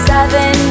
Seven